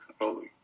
holy